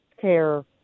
care